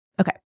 Okay